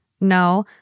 No